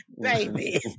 baby